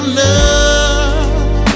love